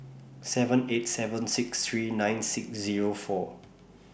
seven eight seven six three nine six Zero four